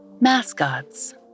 mascots